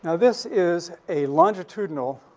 ah this is a longitudinal